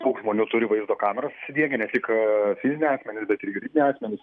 daug žmonių turi vaizdo kameras vien gi ne tik fiziniai asmenys bet ir juridiniai asmenys